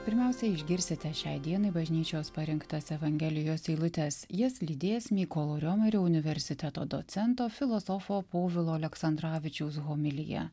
pirmiausia išgirsite šiai dienai bažnyčios parinktas evangelijos eilutes jas lydės mykolo riomerio universiteto docento filosofo povilo aleksandravičiaus homilija